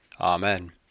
Amen